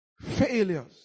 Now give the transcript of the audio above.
failures